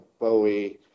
Bowie